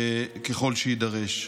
ככל שיידרש.